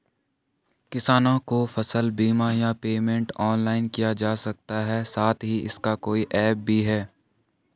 किसानों को फसल बीमा या पेमेंट ऑनलाइन किया जा सकता है साथ ही इसका कोई ऐप भी है?